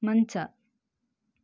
ಮಂಚ